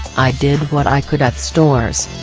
i did what i could at stores.